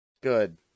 Good